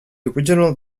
original